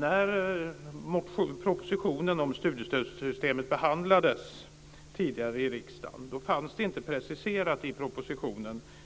När propositionen om studiestödssystemet behandlades i riksdagen tidigare var det inte preciserat